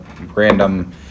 random